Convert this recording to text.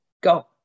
go